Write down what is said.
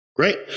Great